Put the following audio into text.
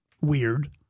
weird